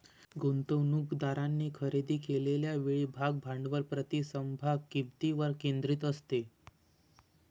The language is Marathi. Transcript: गुंतवणूकदारांनी खरेदी केलेल्या वेळी भाग भांडवल प्रति समभाग किंमतीवर केंद्रित असते